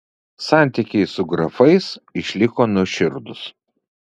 santykiai su grafais išliko nuoširdūs